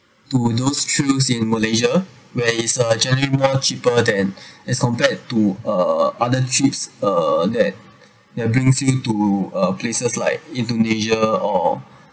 to those choose in malaysia where it's a generally more cheaper than as compared to uh other trips uh that brings you to uh places like indonesia or